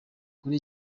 kuri